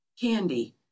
Candy